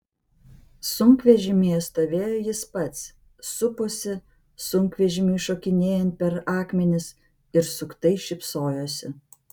sunkvežimyje stovėjo jis pats suposi sunkvežimiui šokinėjant per akmenis ir suktai šypsojosi